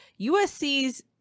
USC's